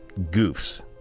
goofs